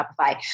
Shopify